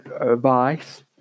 advice